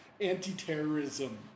anti-terrorism